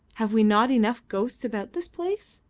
have we not enough ghosts about this place?